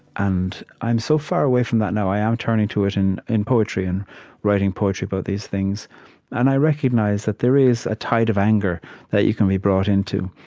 and i'm so far away from that now i am turning to it in in poetry and writing poetry about these things and i recognize that there is a tide of anger that you can be brought into.